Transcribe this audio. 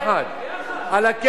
עלא כיפאק.